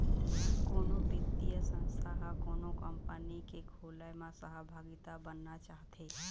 कोनो बित्तीय संस्था ह कोनो कंपनी के खोलय म सहभागिता बनना चाहथे